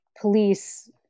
police